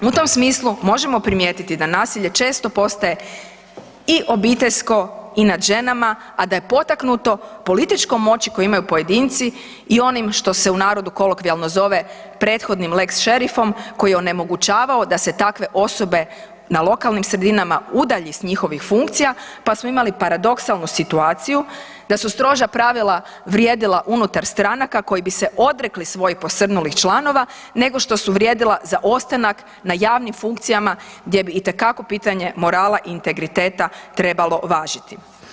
U tom smislu možemo primijetiti da nasilje često postaje i obiteljsko i nad ženama, a da je potaknuto političkom moći koju imaju pojedinci i onim, što se u narodu kolokvijalno zove, prethodnim „lex šerifom“ koji je onemogućavao da se takve osobe na lokalnim sredinama udalji s njihovih funkcija, pa smo imali paradoksalnu situaciju da su stroža pravila vrijedila unutar stranaka koji bi se odrekli svojih posrnulih članova, nego što su vrijedila za ostanak na javnim funkcijama gdje bi itekako pitanje morala i integriteta trebalo važiti.